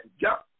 jump